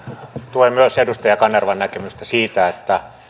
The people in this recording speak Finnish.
tuen myös edustaja kanervan näkemystä siitä että